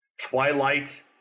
Twilight